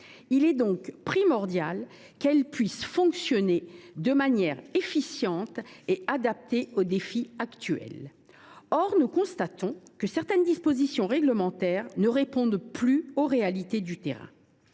les chambres d’agriculture puissent fonctionner de manière efficiente et adaptée aux défis actuels. Or nous constatons que certaines dispositions réglementaires ne correspondent plus aux réalités du terrain.